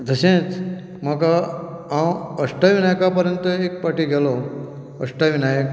तशेंच हांव म्हाका अष्टविनायक एक फावटी गेल्लो